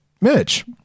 Mitch